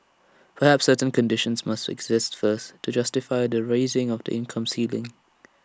perhaps certain conditions must exist first to justify the raising of income ceiling